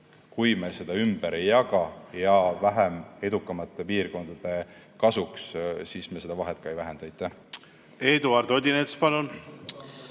kui me seda ümber ei jaga vähem edukate piirkondade kasuks, siis me seda vahet ka ei vähenda. Eduard Odinets, palun!